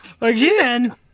Again